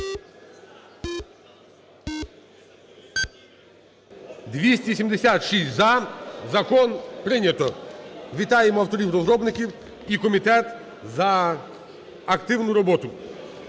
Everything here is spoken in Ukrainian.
За-276 Закон прийнято. Вітаємо авторів-розробників і комітет за активну роботу